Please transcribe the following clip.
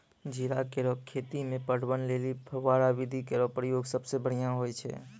जीरा केरो खेती म पटवन लेलि फव्वारा विधि केरो प्रयोग सबसें बढ़ियां होय छै